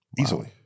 easily